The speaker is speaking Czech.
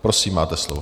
Prosím, máte slovo.